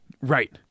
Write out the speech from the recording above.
Right